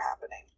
happening